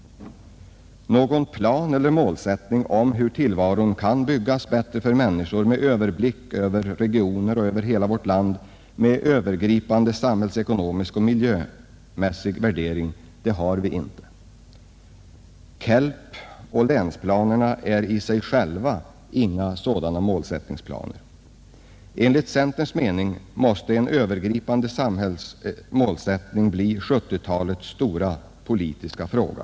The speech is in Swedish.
Någon plan eller målsättning för hur tillvaron kan byggas bättre för människor, med överblick över regioner och över hela vårt land och med övergripande samhällsekonomisk och miljömässig värdering, har vi inte. KELP och länsplanerna är i sig själva inga sådana målsättningsplaner. Enligt centerns mening måste en övergripande samhällsmålsättning bli 1970-talets stora politiska fråga.